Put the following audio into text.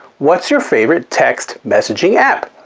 what's your favorite text messaging app?